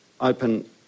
open